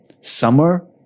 summer